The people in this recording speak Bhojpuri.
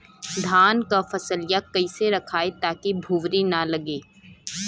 धान क फसलिया कईसे रखाई ताकि भुवरी न लगे?